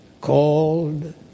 Called